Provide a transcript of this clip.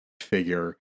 figure